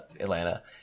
Atlanta